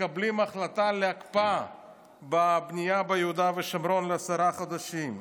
מקבלים החלטה להקפאת בנייה ביהודה ושומרון לעשרה חודשים.